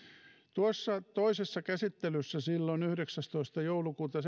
tuossa toisessa käsittelyssä silloin yhdeksästoista joulukuuta